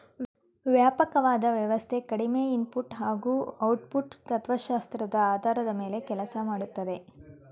ವ್ಯಾಪಕವಾದ ವ್ಯವಸ್ಥೆ ಕಡಿಮೆ ಇನ್ಪುಟ್ ಹಾಗೂ ಔಟ್ಪುಟ್ ತತ್ವಶಾಸ್ತ್ರದ ಆಧಾರದ ಮೇಲೆ ಕೆಲ್ಸ ಮಾಡ್ತದೆ